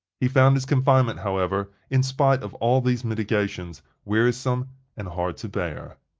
he found his confinement, however, in spite of all these mitigations, wearisome and hard to bear.